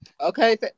Okay